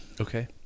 Okay